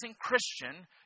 Christian